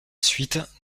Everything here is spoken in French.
suite